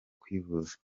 kwivuza